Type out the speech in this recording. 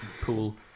pool